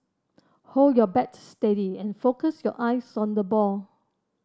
hold your bat steady and focus your eyes on the ball